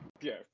Yes